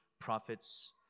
prophets